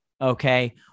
okay